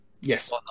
Yes